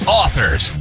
authors